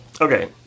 Okay